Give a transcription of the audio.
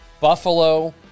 Buffalo